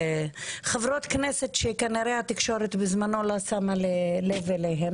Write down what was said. חברות כנסת שכנראה התקשורת בזמנו לא שמה לב אליהן